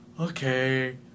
Okay